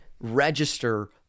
register